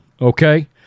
okay